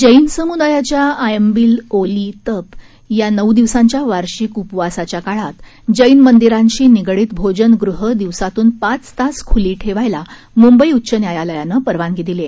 जी समुदायाच्या आयम्बील ओली तप या नऊ दिवसांच्या वार्षिक उपवासाच्या काळात जी मंदिरांशी निगडित भोजनगृह दिवसातून पाच तास खुली ठेवायला मुंबई उच्च न्यायालयानं परवानगी दिली आहे